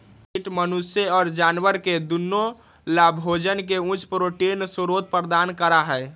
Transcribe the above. कीट मनुष्य और जानवरवन के दुन्नो लाभोजन के उच्च प्रोटीन स्रोत प्रदान करा हई